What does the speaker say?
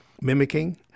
mimicking